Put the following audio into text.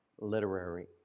Literary